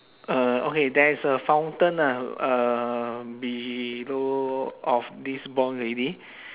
uh okay there is a fountain ah uh below of this blonde lady